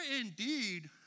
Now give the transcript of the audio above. indeed